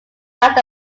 out